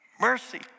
Mercy